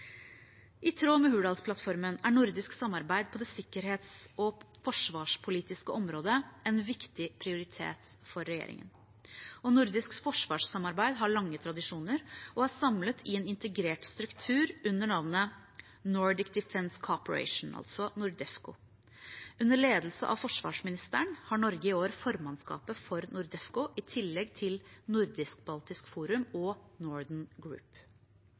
I tråd med Hurdalsplattformen er nordisk samarbeid på det sikkerhets- og forsvarspolitiske området en viktig prioritet for regjeringen. Nordisk forsvarssamarbeid har lange tradisjoner og er samlet i en integrert struktur under navnet Nordic Defence Cooperation , NORDEFCO. Under ledelse av forsvarsministeren har Norge i år formannskapet for NORDEFCO, i tillegg til nordisk-baltisk forum og Northern Group.